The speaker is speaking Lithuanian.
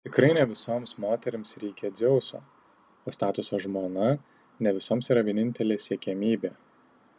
tikrai ne visoms moterims reikia dzeuso o statusas žmona ne visoms yra vienintelė siekiamybė